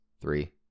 three